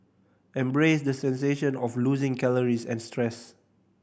embrace the sensation of losing calories and stress